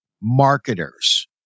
marketers